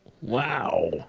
Wow